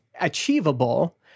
achievable